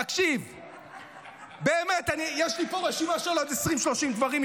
תקשיב, באמת, יש לי רשימה של עוד 20 30 דברים.